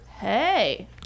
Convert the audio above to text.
Hey